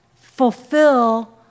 fulfill